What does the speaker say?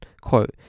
Quote